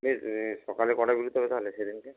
বেশ সকালে কটায় বেরোতে হবে তাহলে সেদিনকে